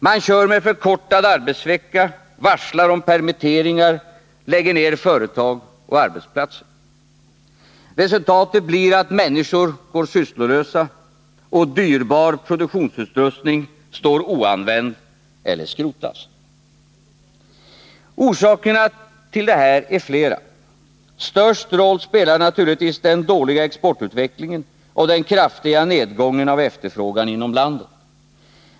Man kör med förkortad arbetsvecka, varslar om permitteringar, lägger ner företag och arbetsplatser. Resultatet blir att människor går sysslolösa och att dyrbar produktionsutrustning står oanvänd eller skrotas. Orsakerna till detta är flera. Störst roll spelar naturligtvis den dåliga exportutvecklingen och den kraftiga nedgången av efterfrågan inom landet.